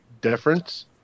difference